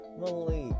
Malik